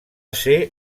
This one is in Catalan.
ser